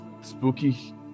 spooky